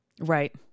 right